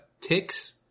ticks